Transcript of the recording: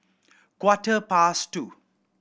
quarter past two